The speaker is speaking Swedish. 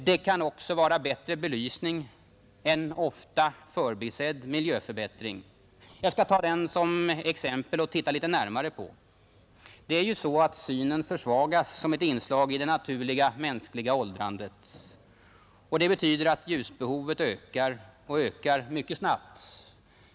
Det kan också vara att åstadkomma bättre belysning, en ofta förbisedd miljöförbättring. Jag skall ta den som exempel och titta litet närmare på den. Det är ju så att synen försvagas som ett inslag i det naturliga mänskliga åldrandet. Det betyder att ljusbehovet ökar, och ökar mycket snabbt.